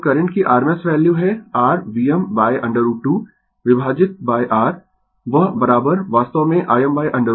तो करंट की rms value है r Vm√ 2 विभाजित R वह वास्तव में Im√ 2